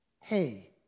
Hey